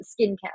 skincare